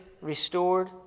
restored